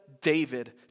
David